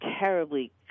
terribly